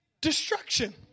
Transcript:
Destruction